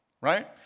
right